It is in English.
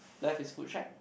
left is school check